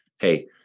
hey